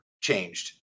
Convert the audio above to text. changed